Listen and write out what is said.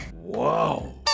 Whoa